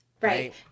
right